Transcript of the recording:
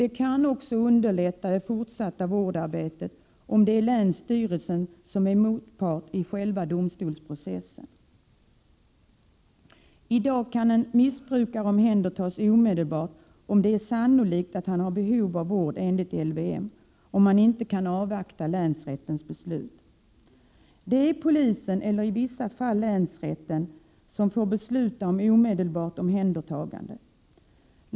Det kan även underlätta det fortsatta vårdarbetet att länsstyrelsen är motpart i själva domstolsprocessen. I dag kan en missbrukare omhändertas omedelbart, om det är sannolikt att han har behov av vård enligt LVM och länsrättens beslut inte kan avvaktas. Polisen eller i vissa fall länsrätten får besluta om omedelbart omhändertagande.